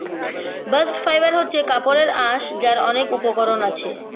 bast fibre হচ্ছে কাপড়ের আঁশ যার অনেক উপকরণ আছে